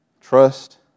trust